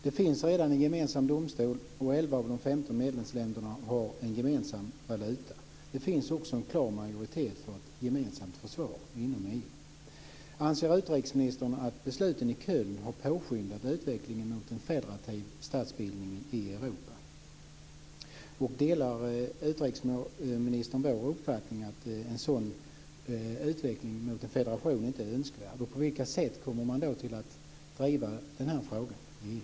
Det finns redan en gemensam domstol, och 11 av de 15 medlemsländerna har en gemensam valuta. Det finns också en klar majoritet för ett gemensamt försvar inom EU. Anser utrikesministern att besluten i Köln har påskyndat utvecklingen mot en federativ statsbildning i Europa? Delar utrikesministern vår uppfattning att en sådan utveckling mot en federation inte är önskvärd? På vilka sätt kommer man att driva den här frågan i EU?